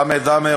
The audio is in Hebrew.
חמד עמאר,